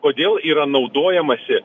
kodėl yra naudojamasi